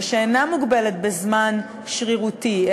ואינה מוגבלת בזמן שרירותי,